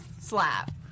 slap